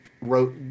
wrote